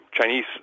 Chinese